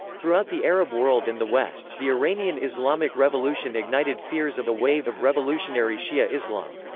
throughout the arab world and the west, the iranian islamic revolution ignited fears of a wave of revolutionary shia islam.